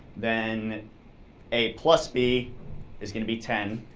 then a b is going to be ten.